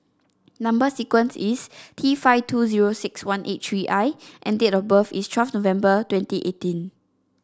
number sequence is T five two zero six one eight three I and date of birth is twelve November twenty eighteen